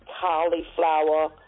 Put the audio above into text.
Cauliflower